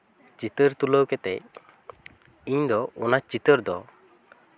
ᱪᱤᱛᱟᱹᱨ ᱛᱩᱞᱟᱹᱣ ᱠᱟᱛᱮ ᱤᱧ ᱫᱚ ᱚᱱᱟ ᱪᱤᱛᱟᱹᱨ ᱫᱚ